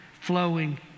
flowing